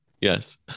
yes